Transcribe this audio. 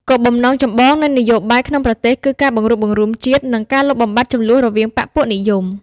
គោលបំណងចម្បងនៃនយោបាយក្នុងប្រទេសគឺការបង្រួបបង្រួមជាតិ និងការលុបបំបាត់ជម្លោះរវាងបក្សពួកនិយម។